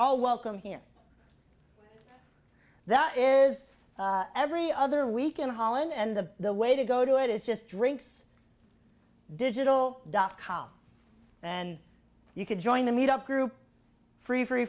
all welcome here that is every other week in holland and the way to go to it is just drinks digital dot com and you can join the meet up group free free